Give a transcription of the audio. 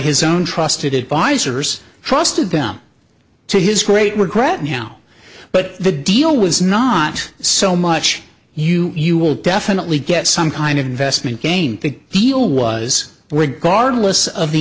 his own trusted advisers trusted them to his great regret now but the deal was not so much you you will definitely get some kind of investment gain the deal was we're garden lists of the